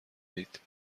دید